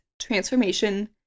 transformation